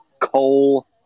Coal